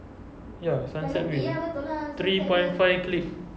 ya sunset way three point five click